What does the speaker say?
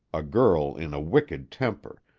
a girl in a wicked temper,